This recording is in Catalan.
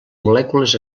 molècules